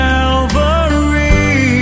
Calvary